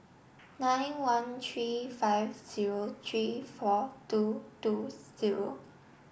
nine one three five zero three four two two zero